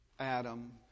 Adam